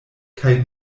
kaj